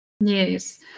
Yes